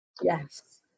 Yes